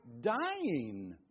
dying